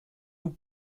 vous